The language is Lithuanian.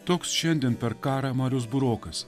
toks šiandien per karą marius burokas